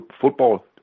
football